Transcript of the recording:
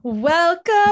Welcome